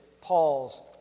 Paul's